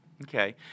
Okay